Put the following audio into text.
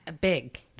big